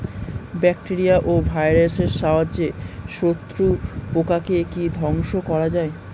Bacteria ও ভাইরাসের সাহায্যে শত্রু পোকাকে কি ধ্বংস করা যায়?